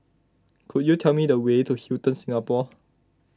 could you tell me the way to Hilton Singapore